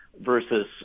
versus